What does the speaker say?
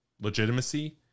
legitimacy